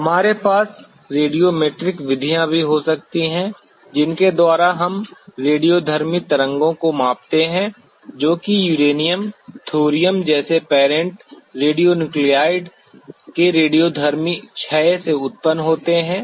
हमारे पास रेडियोमेट्रिक विधियां भी हो सकती हैं जिनके द्वारा हम रेडियोधर्मी तरंगों को मापते हैं जो कि यूरेनियम थोरियम जैसे पैरंट रेडियोन्यूक्लाइड के रेडियोधर्मी क्षय से उत्पन्न होते हैं